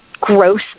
gross